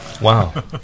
Wow